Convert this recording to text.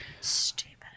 Stupid